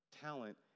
Talent